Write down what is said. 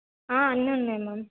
అన్నీ ఉన్నాయి మ్యామ్